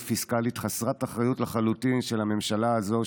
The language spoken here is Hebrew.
פיסקלית חסרת אחריות לחלוטין של הממשלה הזאת,